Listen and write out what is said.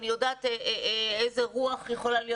אני יודעת איזו רוח יכולה להיות,